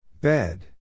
Bed